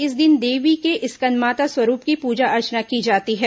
इस दिन देवी के स्कदमाता स्वरूप की पूजा अर्चना की जाती है